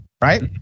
right